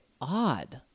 odd